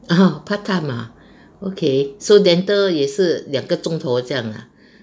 err part time ah okay so dental 也是两个钟头这样